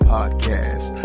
Podcast